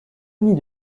remis